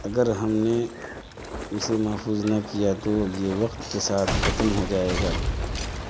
اگر ہم نے اسے محفوظ نہ کیا تو یہ وقت کے ساتھ ختم ہو جائے گا